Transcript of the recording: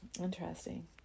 interesting